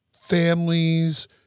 families